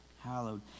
hallowed